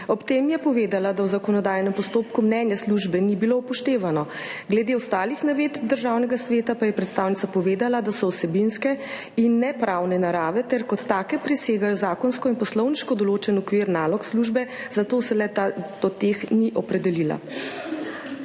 Ob tem je povedala, da v zakonodajnem postopku mnenje službe ni bilo upoštevano. Glede ostalih navedb Državnega sveta pa je predstavnica povedala, da so vsebinske in nepravne narave ter kot take presegajo zakonsko in poslovniško določen okvir nalog službe, zato se do teh ni opredelila.